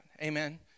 Amen